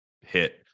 hit